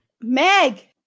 Meg